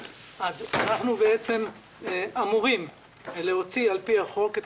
אז אנחנו בעצם אמורים להוציא על פי החוק את